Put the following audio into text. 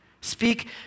Speak